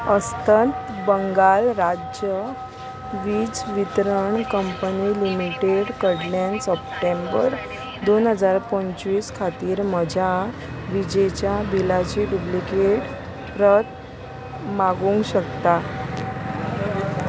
अस्तंत बंगाल राज्य वीज वितरण कंपनी लिमिटेड कडल्यान सप्टेंबर दोन हजार पंचवीस खातीर म्हज्या विजेच्या बिलाची डुप्लिकेट प्रत मागूंक शकता